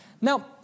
Now